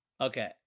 Okay